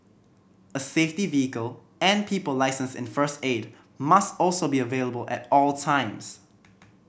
a safety vehicle and people licensed in first aid must also be available at all times